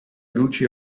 luci